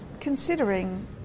considering